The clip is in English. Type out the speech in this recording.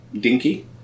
Dinky